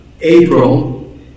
April